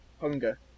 Hunger